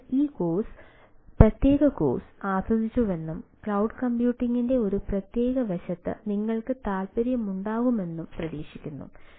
നിങ്ങൾ ഈ പ്രത്യേക കോഴ്സ് ആസ്വദിച്ചുവെന്നും ക്ലൌഡ് കമ്പ്യൂട്ടിംഗിന്റെ ഈ പ്രത്യേക വശത്ത് നിങ്ങൾക്ക് താൽപ്പര്യമുണ്ടാകുമെന്നും പ്രതീക്ഷിക്കുന്നു